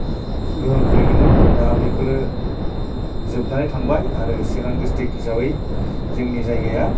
गोहोम खोलैदोंमोन दा बेफोरो जोबनानै थांबाय आरो चिरां डिस्ट्रिक्ट हिसाबै जोंनि जायगाया